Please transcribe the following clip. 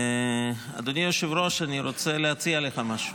אדוני היושב-ראש, אני רוצה להציע לך משהו.